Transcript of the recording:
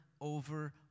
over